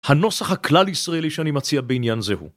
הנוסח הכלל ישראלי שאני מציע בעניין זה הוא.